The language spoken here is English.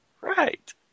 Right